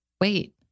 wait